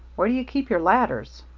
where do you keep your ladders?